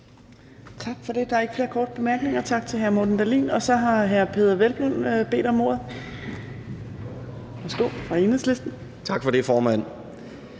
Tak for det. Der er ikke flere korte bemærkninger. Tak til hr. Morten Dahlin. Så har hr. Peder Hvelplund fra Enhedslisten bedt om ordet. Værsgo.